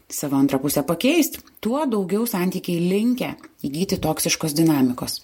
savo antrą pusę pakeist tuo daugiau santykiai linkę įgyti toksiškos dinamikos